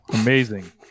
Amazing